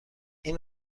این